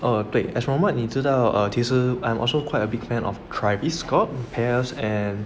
oh 对 as from what 你知道其实 I'm also also quite a big fan of travis scott peers and